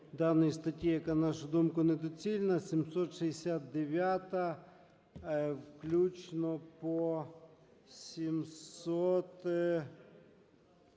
даної статті, яка, на нашу думку, недоцільна. 769-а включно по 778-му.